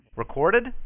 Recorded